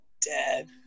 dead